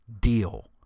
deal